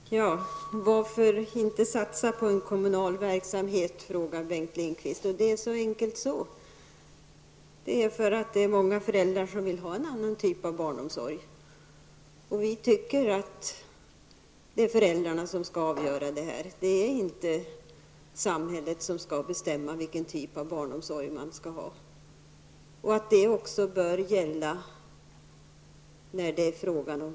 Herr talman! Varför inte satsa på en kommunal verksamhet, frågar Bengt Lindqvist. Ja, det är helt enkelt så, att många föräldrar vill ha en annan typ av barnomsorg. Vi tycker att det är föräldrarna som skall avgöra, inte samhället, vilken typ av barnomsorg det skall vara. Detta bör också gälla barn med handikapp.